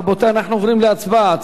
רבותי, אנחנו עוברים להצבעה.